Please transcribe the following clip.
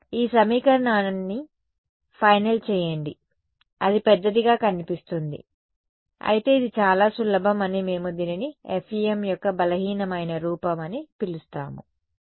ఈ సమీకరణాన్ని ఫైనల్ చేయండి అది పెద్దదిగా కనిపిస్తుంది అయితే ఇది చాలా సులభం అని మేము దీనిని FEM యొక్క బలహీనమైన రూపం అని పిలుస్తాము సరే